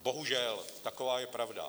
Bohužel, taková je pravda.